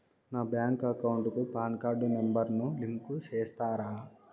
నా bank account కు PAN card number ను లింకు సేస్తారా?